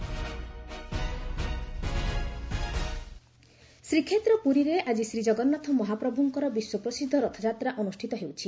ରଥଯାତ୍ରା ଶ୍ରୀକ୍ଷେତ୍ର ପୁରୀରେ ଆଜି ଶ୍ରୀଜଗନ୍ନାଥ ମହାପ୍ରଭ୍ କର ବିଶ୍ୱପ୍ରସିଦ୍ଧ ରଥଯାତ୍ରା ଅନୁଷ୍ଠିତ ହେଉଛି